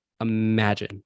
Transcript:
imagine